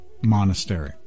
monastery